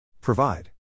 Provide